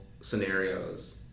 scenarios